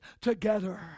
together